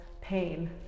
pain